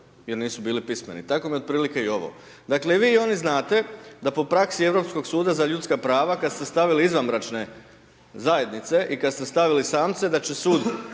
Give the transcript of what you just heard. Jer nisu bili pismeni. Tako mi otprilike i ovo. Dakle, i vi, i oni znate, da po praksi Europskog suda za ljudska prava, kad ste stavili izvanbračne zajednice i kad ste stavili samce, da će Sud